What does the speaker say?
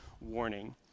warning